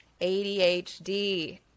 ADHD